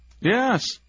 Yes